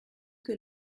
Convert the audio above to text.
que